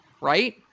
right